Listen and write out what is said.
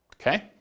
Okay